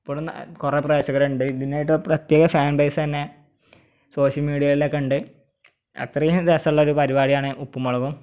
ഇപ്പോഴും കുറെ പ്രേക്ഷകരുണ്ട് ഇതിനായിട്ട് പ്രത്യേക ഫാൻ ബേസ് തന്നെ സോഷ്യൽ മീഡിയയിലൊക്കെ ഉണ്ട് അത്രയും രസമുള്ള ഒരു പരിപാടിയാണ് ഉപ്പും മുളകും